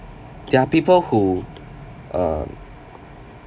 there are people who err